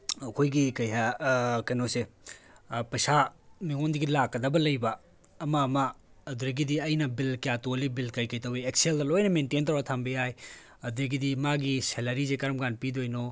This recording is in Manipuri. ꯑꯩꯈꯣꯏꯒꯤ ꯀꯔꯤ ꯀꯩꯅꯣꯁꯦ ꯄꯩꯁꯥ ꯃꯤꯉꯣꯟꯗꯒꯤ ꯂꯥꯛꯀꯗꯕ ꯂꯩꯕ ꯑꯃ ꯑꯃ ꯑꯗꯨꯗꯒꯤꯗꯤ ꯑꯩꯅ ꯕꯤꯜ ꯀꯌꯥ ꯇꯣꯜꯂꯤ ꯕꯤꯜ ꯀꯔꯤ ꯀꯔꯤ ꯇꯧꯏ ꯑꯦꯛꯁꯦꯜꯗ ꯂꯣꯏꯅ ꯃꯦꯟꯇꯦꯟ ꯇꯧꯔ ꯊꯝꯕ ꯌꯥꯏ ꯑꯗꯒꯤꯗꯤ ꯃꯥꯒꯤ ꯁꯦꯂꯔꯤꯁꯦ ꯀꯔꯝꯀꯥꯟꯗ ꯄꯤꯗꯣꯏꯅꯣ